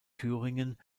thüringen